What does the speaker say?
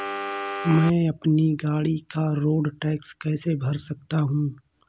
मैं अपनी गाड़ी का रोड टैक्स कैसे भर सकता हूँ?